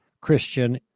Christian